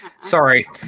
Sorry